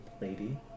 lady